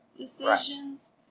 decisions